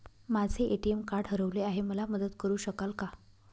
माझे ATM card हरवले आहे, मला मदत करु शकाल का?